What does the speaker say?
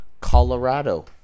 Colorado